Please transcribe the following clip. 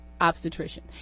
obstetrician